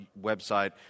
website